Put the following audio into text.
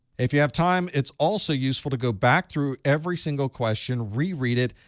if you have time, it's also useful to go back through every single question, reread it,